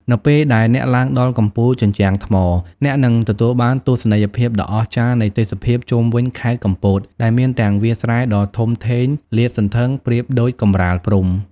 នៅពេលដែលអ្នកឡើងដល់កំពូលជញ្ជាំងថ្ម អ្នកនឹងទទួលបានទស្សនីយភាពដ៏អស្ចារ្យនៃទេសភាពជុំវិញខេត្តកំពតដែលមានទាំងវាលស្រែដ៏ធំធេងលាតសន្ធឹងប្រៀបដូចកម្រាលព្រំ។